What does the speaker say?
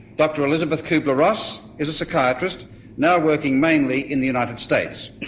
dr elisabeth kubler-ross is a psychiatrist now working mainly in the united states.